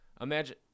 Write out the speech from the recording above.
Imagine